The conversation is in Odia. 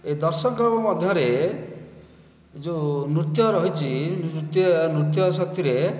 ଏ ଦର୍ଶକଙ୍କ ମଧ୍ୟରେ ଯେଉଁ ନୃତ୍ୟ ରହିଛି ନୃତ୍ୟ ନୃତ୍ୟ ସାଥିରେ